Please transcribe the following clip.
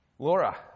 Laura